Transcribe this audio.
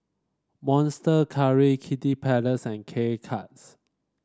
Monster Curry Kiddy Palace and K Cuts